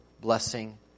blessing